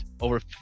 over